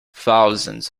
thousands